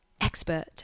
expert